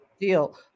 Deal